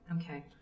okay